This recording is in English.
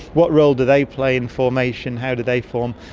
what role do they play in formation, how do they form?